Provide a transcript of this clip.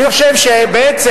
אני חושב שבעצם,